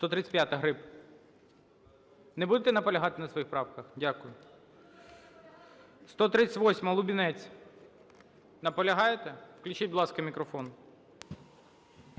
135-а, Гриб. Не будете наполягати на своїх правках? Дякую. 138-а, Лубінець. Наполягаєте? Включіть, будь ласка, мікрофон.